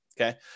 Okay